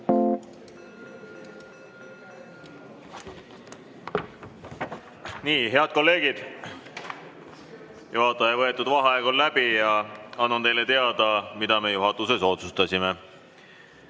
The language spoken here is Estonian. e g Head kolleegid, juhataja võetud vaheaeg on läbi ja annan teile teada, mida me juhatuses otsustasime.